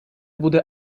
буде